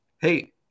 Hey